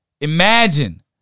Imagine